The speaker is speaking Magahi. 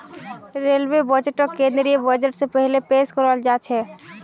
रेलवे बजटक केंद्रीय बजट स पहिले पेश कराल जाछेक